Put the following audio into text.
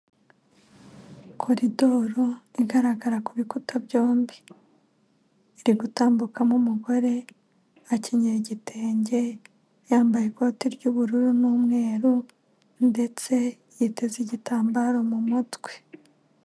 Koridoro igaragara ku bikuta byombi. Iri gutambukamo umugore, akenyeye igitenge, yambaye ikoti ry'ubururu n'umweru, ndetse yiteze igitambaro mu mutwi.